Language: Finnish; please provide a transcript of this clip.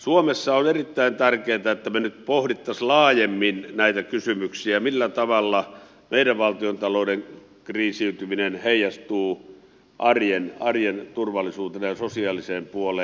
suomessa on erittäin tärkeätä että me nyt pohtisimme laajemmin näitä kysymyksiä millä tavalla meidän valtiontaloutemme kriisiytyminen heijastuu arjen turvallisuuteen ja sosiaaliseen puoleen